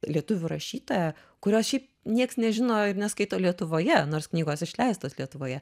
lietuvių rašytoja kurios šiaip nieks nežino ir neskaito lietuvoje nors knygos išleistos lietuvoje